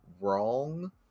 wrong